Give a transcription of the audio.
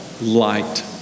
Light